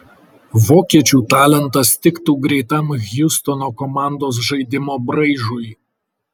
vokiečių talentas tiktų greitam hjustono komandos žaidimo braižui